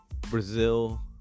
Brazil